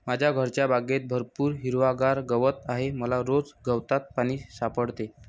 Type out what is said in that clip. माझ्या घरच्या बागेत भरपूर हिरवागार गवत आहे मला रोज गवतात पाणी सापडते